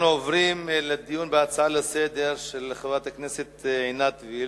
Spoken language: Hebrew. אנחנו עוברים לדיון בהצעה לסדר-היום של חברת הכנסת עינת וילף: